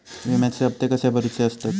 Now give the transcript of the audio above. विम्याचे हप्ते कसे भरुचे असतत?